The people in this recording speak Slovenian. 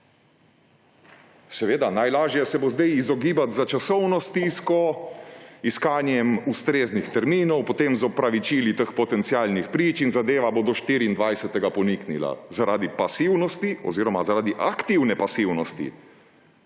Seveda, najlaže se bo zdaj izogibati za časovno stisko, iskanjem ustreznih terminov, potem z opravičili teh potencialnih prič in zadeva bo do 24. poniknila zaradi pasivnosti oziroma zaradi aktivne pasivnosti